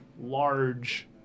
large